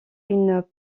une